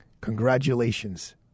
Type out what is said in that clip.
congratulations